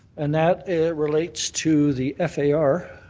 and that relates to the f a r.